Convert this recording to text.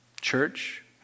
Church